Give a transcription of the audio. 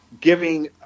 giving